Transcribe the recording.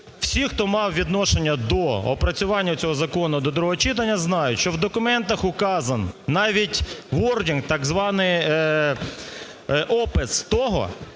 всі, хто мав відношення до опрацювання цього закону до другого читання, знають, що в документах указан навіть wording, так званий опис того,